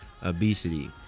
obesity